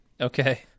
Okay